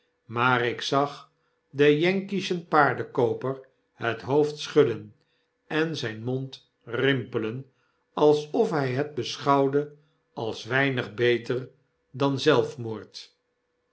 maar ik zag den yankeeschen paardenkooper het hoofd schudden en zyn mond rimpelen alsof hy het beschouwde als weinig beter dan eenzelfmoord